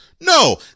No